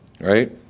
Right